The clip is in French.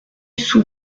sous